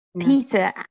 Peter